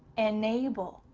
enable,